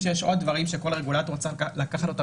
יש עוד דברים שכל רגולטור צריך לקחת אותם